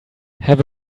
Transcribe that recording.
have